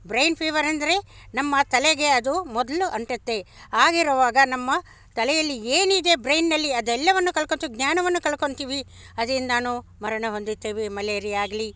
brain fever ಎಂದರೆ ನಮ್ಮ ತಲೆಗೆ ಅದು ಮೊದಲು ಅಂಟುತ್ತೆ ಹಾಗಿರುವಾಗ ನಮ್ಮ ತಲೆಯಲ್ಲಿ ಏನಿದೆ ಬ್ರೈನ್ನಲ್ಲಿ ಅದೆಲ್ಲವನ್ನು ಕಳ್ಕೊಂತೀವಿ ಜ್ಞಾನವನ್ನು ಕಳ್ಕೊಂತೀವಿ ಅದ್ರಿಂದಾ ಮರಣ ಹೊಂದುತ್ತೇವೆ ಮಲೇರಿಯಾ ಆಗಲಿ